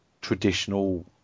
traditional